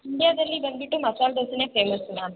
ಇಂಡ್ಯಾದಲ್ಲಿ ಬಂದುಬಿಟ್ಟು ಮಸಾಲೆ ದೋಸೆಯೇ ಫೇಮಸ್ಸು ಮ್ಯಾಮ್